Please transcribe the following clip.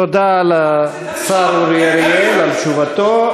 תודה לשר אורי אריאל על תשובתו.